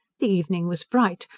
the evening was bright,